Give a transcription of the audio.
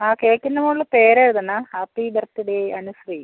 ആ കേക്കിന് മുകളിൽ പേര് എഴുതണം ഹാപ്പി ബർത്ത് ഡേ അനുശ്രീ